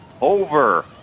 Over